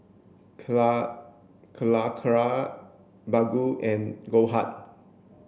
Cala Calacara Baggu and Goldheart